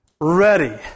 ready